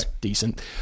Decent